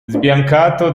sbiancato